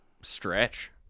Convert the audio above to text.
stretch